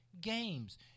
games